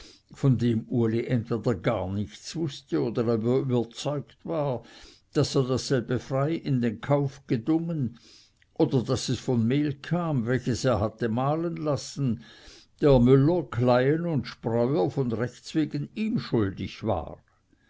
von dem uli entweder gar nichts wußte oder aber überzeugt war daß er dasselbe frei in den kauf gedungen oder daß es von mehl kam welches er hatte mahlen lassen der müller kleien und spreuer von rechts wegen ihm schuldig war